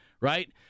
Right